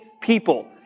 people